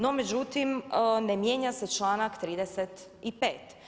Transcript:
No, međutim ne mijenja se članak 35.